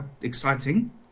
exciting